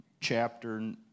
chapter